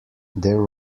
there